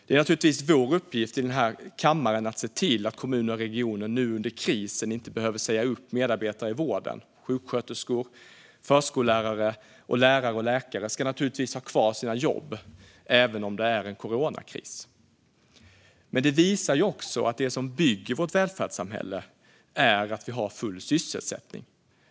Det är naturligtvis vår uppgift i den här kammaren att se till att kommuner och regioner under krisen inte behöver säga upp medarbetare i vården. Sjuksköterskor, förskollärare, lärare och läkare ska naturligtvis ha kvar sina jobb även om det är en coronakris. Men detta visar också att det som bygger vårt välfärdssamhälle är att vi har full sysselsättning.